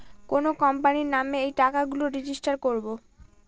কোনো কোম্পানির নামে এই টাকা গুলো রেজিস্টার করবো